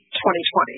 2020